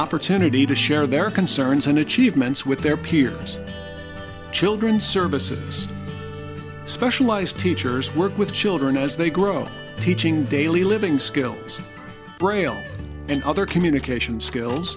opportunity to share their concerns and achievements with their peers children services specialized teachers work with children as they grow teaching daily living skills braille and other communication skills